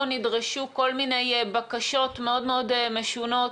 או נדרשו של מיני בקשות מאוד מאוד משונות